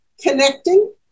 connecting